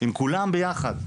עם כולם ביחד.